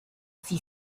she